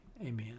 Amen